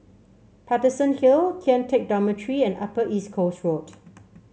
Paterson Hill Kian Teck Dormitory and Upper East Coast Road